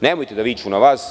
Nemojte da viču na vas.